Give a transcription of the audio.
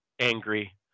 angry